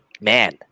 man